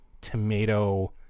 tomato